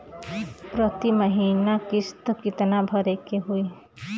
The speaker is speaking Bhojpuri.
प्रति महीना किस्त कितना भरे के होई?